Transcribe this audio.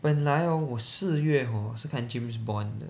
本来 oh 我四月 hor 是看 James Bond 的